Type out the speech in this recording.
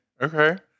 Okay